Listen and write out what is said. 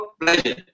pleasure